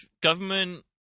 government